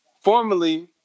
formerly